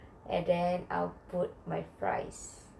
and then I'll put my fries